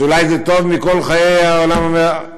ואולי זה טוב מכל חיי העולם הבא.